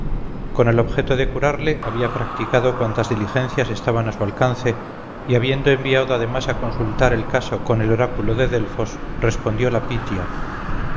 con el objeto de curarle había practicado cuantas diligencias estaban a su alcance y habiendo enviado además a consultar el caso con el oráculo de delfos respondió la pitia